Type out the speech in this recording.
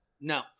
No